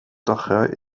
daher